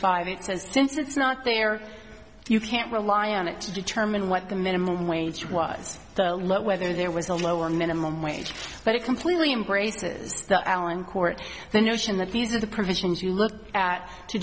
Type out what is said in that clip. says since it's not there you can't rely on it to deter and what the minimum wage was to let whether there was a lower minimum wage but it completely embraces the allen court the notion that these are the provisions you look at to